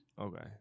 Okay